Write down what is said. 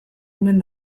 omen